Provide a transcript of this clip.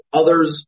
others